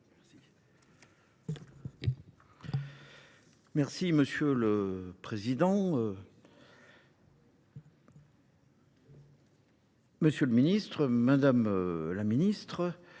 Merci, monsieur le Président. Monsieur le ministre, madame la ministre,